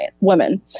women